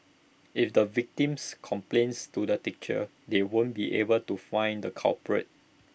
if the victims complains to the teachers they won't be able to find the culprits